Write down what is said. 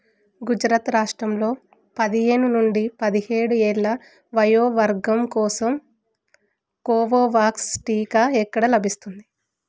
గుజరాత్ రాష్ట్రంలో పదిహేను నుండి పదిహేడు ఏళ్ళ వయో వర్గం కోసం కోవోవాక్స్ టీకా ఎక్కడ లభిస్తుంది